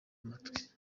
amatwi